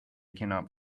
cannot